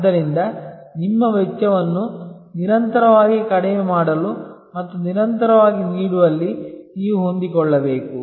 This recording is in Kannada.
ಆದ್ದರಿಂದ ನಿಮ್ಮ ವೆಚ್ಚವನ್ನು ನಿರಂತರವಾಗಿ ಕಡಿಮೆ ಮಾಡಲು ಮತ್ತು ನಿರಂತರವಾಗಿ ನೀಡುವಲ್ಲಿ ನೀವು ಹೊಂದಿಕೊಳ್ಳಬೇಕು